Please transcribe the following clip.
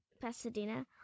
Pasadena